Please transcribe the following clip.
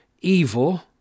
evil